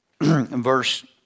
verse